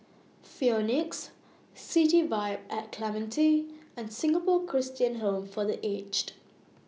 Phoenix City Vibe At Clementi and Singapore Christian Home For The Aged